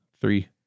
three